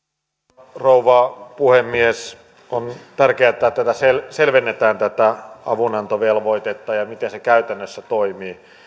arvoisa rouva puhemies on tärkeätä että selvennetään tätä avunantovelvoitetta ja sitä miten se käytännössä toimii